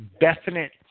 definite